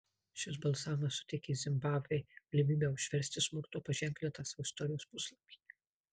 šis balsavimas suteikė zimbabvei galimybę užversti smurto paženklintą savo istorijos puslapį